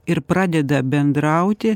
ir pradeda bendrauti